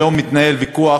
היום מתנהל ויכוח